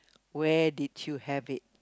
where did you have it